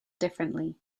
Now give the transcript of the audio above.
differently